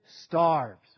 starves